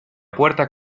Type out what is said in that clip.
puerta